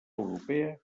europea